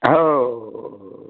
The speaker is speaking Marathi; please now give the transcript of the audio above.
हो हो हो